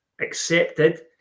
accepted